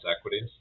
equities